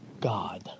God